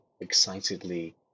excitedly